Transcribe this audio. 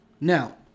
Now